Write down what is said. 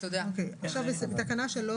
בתקנה 3